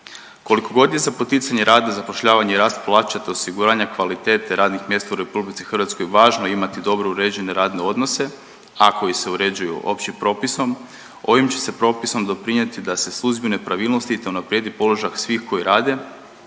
Koliko god je za poticanje rada, zapošljavanja, rast plaća te osiguranja kvalitete radnih mjesta u RH važno imati dobro uređene radne odnose, a koji se uređuju općim propisom, ovim će se propisom doprinijeti da se suzbiju nepravilnosti te unaprijedi položaj svih koji rade,